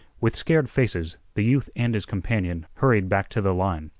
with scared faces, the youth and his companion hurried back to the line.